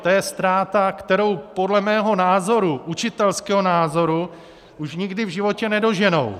To je ztráta, kterou podle mého názoru, učitelského názoru, už nikdy v životě nedoženou.